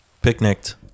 Picnicked